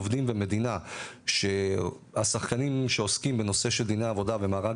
עובדים ומדינה שהשחקנים שעוסקים בנושא של דיני עבודה ומארג